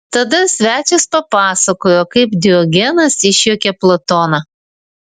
tada svečias papasakojo kaip diogenas išjuokė platoną